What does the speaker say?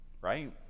right